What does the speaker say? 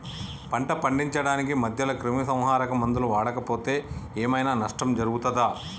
పంట పండించడానికి మధ్యలో క్రిమిసంహరక మందులు వాడకపోతే ఏం ఐనా నష్టం జరుగుతదా?